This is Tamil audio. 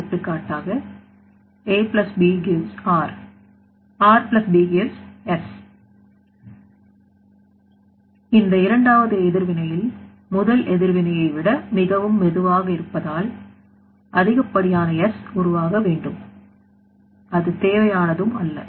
எடுத்துக்காட்டாக இந்த இரண்டாவது எதிர்வினையில் முதல் எதிர்வினையை விட மிகவும் மெதுவாக இருப்பதால் அதிகப்படியான S உருவாக வேண்டும் அது தேவையானதும் அல்ல